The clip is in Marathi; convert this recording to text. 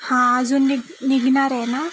हां अजून निघ निघणार आहे ना